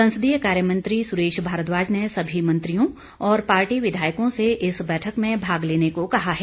संसदीय कार्य मंत्री सुरेश भारद्वाज ने सभी मंत्रियों और पार्टी विधायकों से इस बैठक में भाग लेने को कहा है